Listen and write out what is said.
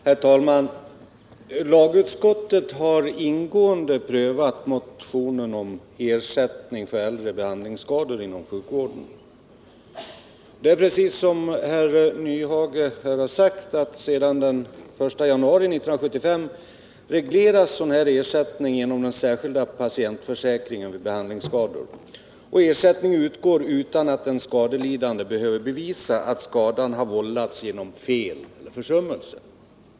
Herr talman! Lagutskottet har ingående prövat motionen om ersättning för äldre behandlingsskador inom sjukvården. Det är precis som herr Nyhage här har sagt: Sedan den 1 januari 1975 regleras sådan ersättning genom den särskilda patientförsäkringen vid behandlingsskador. Ersättning utgår utan att den skadelidande behöver bevisa att skadan har vållats genom fel eller försummelse.